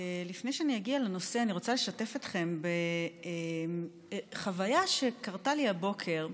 לפני שאני אגיע לנושא אני רוצה לשתף אתכם בחוויה שקרתה לי הבוקר.